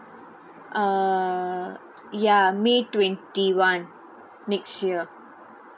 uh ya may twenty one next year